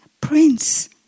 prince